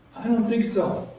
i don't think so.